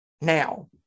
now